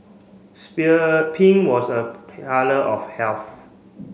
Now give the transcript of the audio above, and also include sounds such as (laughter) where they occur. (unintelligible) pink was a colour of health